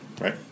right